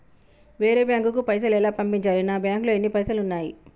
వేరే బ్యాంకుకు పైసలు ఎలా పంపించాలి? నా బ్యాంకులో ఎన్ని పైసలు ఉన్నాయి?